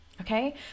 Okay